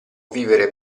vivere